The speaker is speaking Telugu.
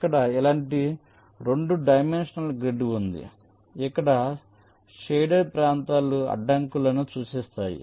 ఇక్కడ ఇలాంటి 2 డైమెన్షనల్ గ్రిడ్ ఉంది ఇక్కడ షేడెడ్ ప్రాంతాలు అడ్డంకులను సూచిస్తాయి